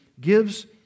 gives